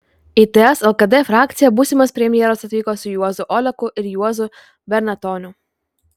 į ts lkd frakciją būsimas premjeras atvyko su juozu oleku ir juozu bernatoniu